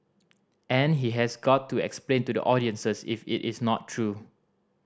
and he has got to explain to the audiences if it is not true